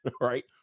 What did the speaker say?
right